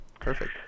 perfect